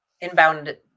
inbound